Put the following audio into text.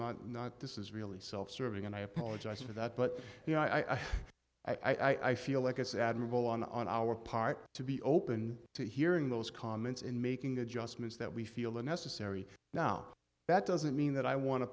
not not this is really self serving and i apologize for that but you know i i i feel like it's admirable on our part to be open to hearing those comments in making the adjustments that we feel the necessary now that doesn't mean that i want